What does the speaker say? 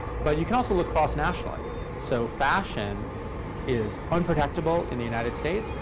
but you can also look cross-nationally. so fashion is unprotectable in the united states,